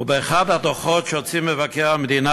באחד הדוחות שהוציא מבקר המדינה,